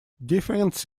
difference